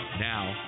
Now